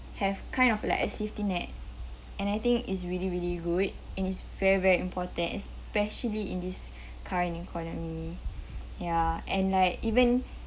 have kind of like a safety net and I think is really really good and is very very important especially in this current economy ya and like even